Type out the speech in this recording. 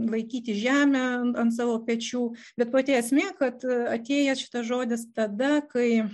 laikyti žemę ant savo pečių bet pati esmė kad atėjęs žodis tada kai